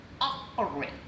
operate